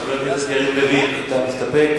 חבר הכנסת יריב לוין, אתה מסתפק?